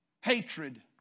Hatred